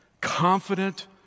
Confident